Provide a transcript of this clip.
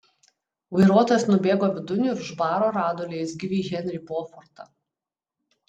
vairuotojas nubėgo vidun ir už baro rado leisgyvį henrį bofortą